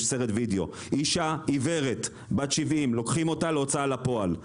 יש סרט וידיאו שבו לוקחים אישה עיוורת בת 70 להוצאה לפועל.